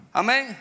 amen